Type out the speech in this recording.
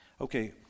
okay